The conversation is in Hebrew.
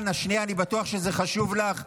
אנא, אני בטוח שזה חשוב לך.